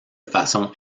façon